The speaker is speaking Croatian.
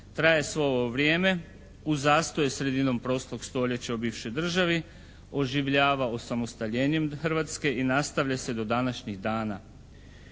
Traje svo ovo vrijeme uz zastoj sredinom prošlog stoljeća u bivšoj državi, oživljava osamostaljenjem Hrvatske i nastavlja se do današnjih dana.